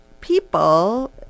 people